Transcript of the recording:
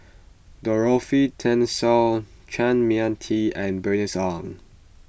Dorothy Tessensohn Chua Mia Tee and Bernice Ong